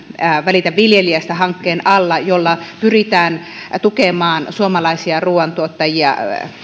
välitä viljelijästä hankkeen alla erilaisia hankkeita joilla pyritään tukemaan suomalaisia ruuantuottajia